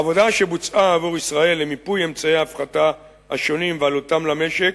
העבודה שבוצעה עבור ישראל היא מיפוי אמצעי ההפחתה השונים ועלותם למשק,